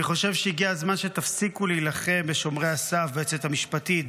אני חושב שהגיע הזמן שתפסיקו להילחם בשומרי הסף: ביועצת המשפטית,